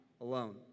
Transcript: alone